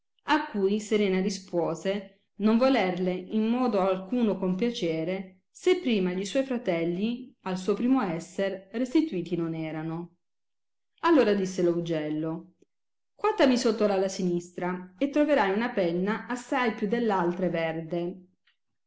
a cui serena rispuose non volerle in modo alcuno compiacere se prima gli suoi fratelli al suo primo esser restituti non erano allora disse lo ugello guatami sotto la sinistra e troverai una penna assai più dell altre verde